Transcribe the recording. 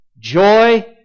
Joy